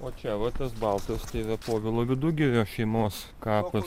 o čia va tas baltas tai yra povilo vidugirio šeimos kapas